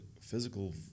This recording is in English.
physical